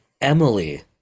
Emily